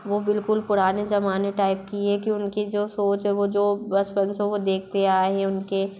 वो बिल्कुल पुराने जमाने टाइप की है कि उनकी जो सोच हे वो जो बचपन से वो देखते आए हैं उनके